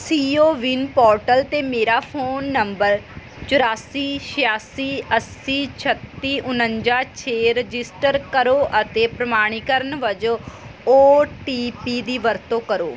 ਸੀ O ਵਿਨ portal 'ਤੇ ਮੇਰਾ ਫ਼ੋਨ ਨੰਬਰ ਚੁਰਾਸੀ ਛਿਆਸੀ ਅੱਸੀ ਛੱਤੀ ਉਣੰਜਾ ਛੇ ਰਜਿਸਟਰ ਕਰੋ ਅਤੇ ਪ੍ਰਮਾਣੀਕਰਨ ਵਜੋਂ ਓ ਟੀ ਪੀ ਦੀ ਵਰਤੋਂ ਕਰੋ